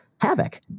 Havoc